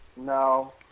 No